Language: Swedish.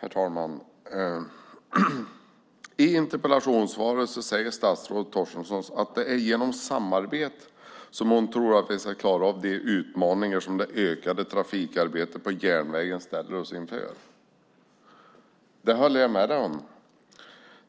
Herr talman! I interpellationssvaret säger statsrådet Torstensson att hon tror att det är genom samarbete som vi ska klara av de utmaningar som det ökade trafikarbetet på järnvägen ställer oss inför. Det håller jag med om.